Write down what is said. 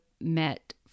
met